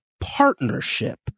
partnership